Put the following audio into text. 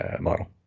model